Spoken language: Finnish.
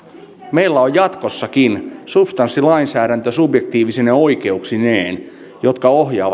meillä on jatkossakin substanssilainsäädäntö subjektiivisine oikeuksineen joka ohjaa